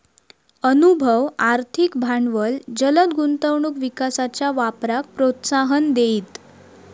अनुभव, आर्थिक भांडवल जलद गुंतवणूक विकासाच्या वापराक प्रोत्साहन देईत